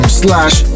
slash